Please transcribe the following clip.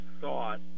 thought